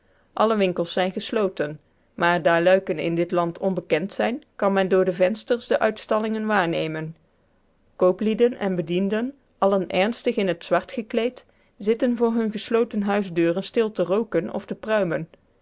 alle winkels zijn gesloten maar daar luiken in dit land onbekend zijn kan men door de vensters de uitstallingen waarnemen kooplieden en bedienden allen ernstig in het zwart gekleed zitten voor hunne gesloten huisdeuren stil te rooken of te pruimen